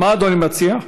מה אדוני מציע?